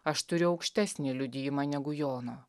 aš turiu aukštesnį liudijimą negu jono